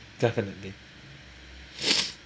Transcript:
definitely